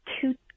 two